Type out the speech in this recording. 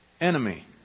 enemy